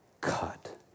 cut